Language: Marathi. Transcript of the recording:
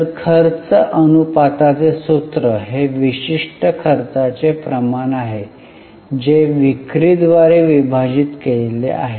तर खर्च अनुपातचे सूत्र हे विशिष्ट खर्चाचे प्रमाण आहे जे विक्री द्वारे विभाजित केलेले आहे